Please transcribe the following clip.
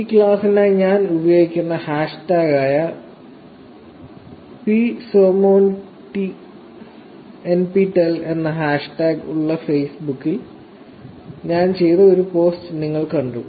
ഈ ക്ലാസിനായി ഞാൻ ഉപയോഗിക്കുന്ന ഹാഷ്ടാഗായ psomonnptel പിസൊമോൻഎൻപിടെൽ എന്ന ഹാഷ്ടാഗ് ഉള്ള ഫേസ്ബുക്കിൽ ഞാൻ ചെയ്ത ഒരു പോസ്റ്റ് നിങ്ങൾ കണ്ടു